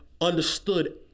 understood